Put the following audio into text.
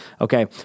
Okay